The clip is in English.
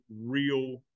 real